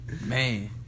Man